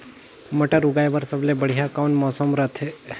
मटर उगाय बर सबले बढ़िया कौन मौसम रथे?